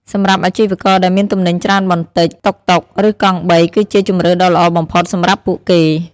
សម្រាប់អាជីវករដែលមានទំនិញច្រើនបន្តិច តុកតុក ឬកង់បីគឺជាជម្រើសដ៏ល្អបំផុតសម្រាប់ពួកគេ។